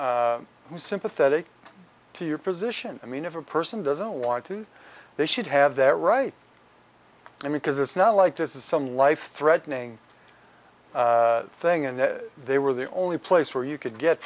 is sympathetic to your position i mean if a person doesn't want to they should have that right i mean because it's not like this is some life threatening thing and they were the only place where you could get